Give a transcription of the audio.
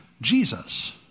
Jesus